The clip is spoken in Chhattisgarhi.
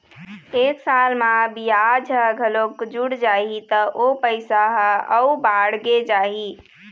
एक साल म बियाज ह घलोक जुड़ जाही त ओ पइसा ह अउ बाड़गे जाही